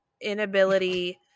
inability